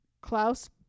Klaus